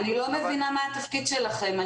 אני לא מבינה מה התפקיד שלכם.